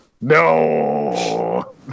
No